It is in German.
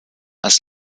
als